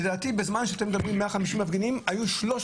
לדעתי בזמן שאתם מדברים על 150 מפגינים היו 300